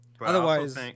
Otherwise